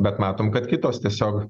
bet matom kad kitos tiesiog